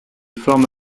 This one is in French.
forme